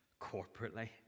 corporately